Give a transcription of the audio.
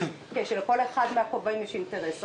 כאשר לכל אחד מן הכובעים יש אינטרס אחר.